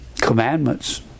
commandments